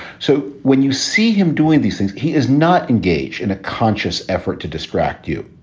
so when you see him doing these things, he is not engaged in a conscious effort to distract you.